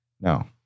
No